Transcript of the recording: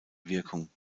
wirkung